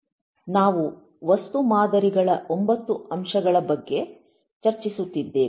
ನಾವು ವಸ್ತು ಮಾದರಿಗಳ 9 ಅಂಶಗಳ ಬಗ್ಗೆ ಚರ್ಚಿಸುತ್ತಿದ್ದೇವೆ